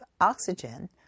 oxygen